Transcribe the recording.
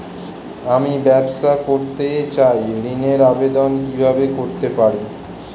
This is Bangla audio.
আমি ব্যবসা করতে চাই ঋণের আবেদন কিভাবে করতে পারি?